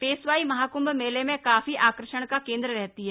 पेशवाई महाकुंभ मेले में काफी आकर्षण का केंद्र रहती हैं